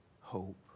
hope